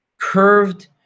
curved